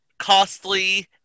costly